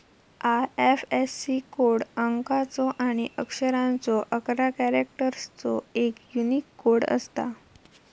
IFSC code अंकाचो आणि अक्षरांचो अकरा कॅरेक्टर्सचो एक यूनिक कोड असता